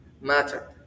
matter